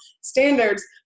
standards